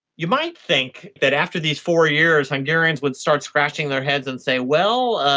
you might think that after these four years hungarians would start scratching their heads and say, well,